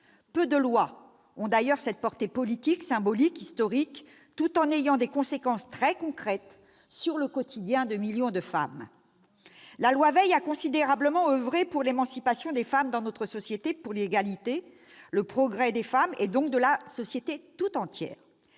Peu de lois ont d'ailleurs cette portée politique, symbolique, historique, tout en ayant des conséquences très concrètes sur le quotidien de millions de femmes. La loi Veil a considérablement oeuvré pour l'émancipation des femmes dans notre société, pour l'égalité, pour le progrès des femmes et donc pour celui de la société tout entière.